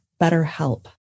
BetterHelp